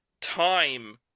Time